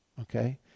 okay